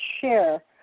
share